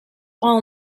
all